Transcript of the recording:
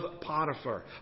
Potiphar